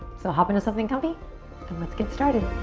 so, hop into something comfy and let's get started.